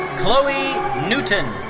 chloe newton.